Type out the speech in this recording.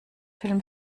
film